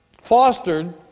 fostered